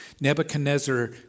Nebuchadnezzar